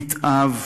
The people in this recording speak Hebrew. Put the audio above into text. נתעב.